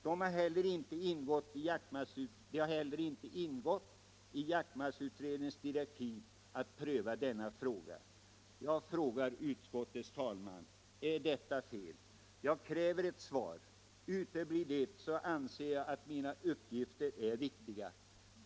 Det har heller inte ingått i jaktmarksutredningens direktiv att pröva denna fråga. Jag frågar utskottets talesman: Är detta fel? Jag kräver ett svar. Uteblir det anser jag att mina uppgifter är riktiga.